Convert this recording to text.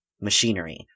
machinery